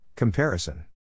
Comparison